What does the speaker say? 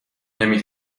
نمی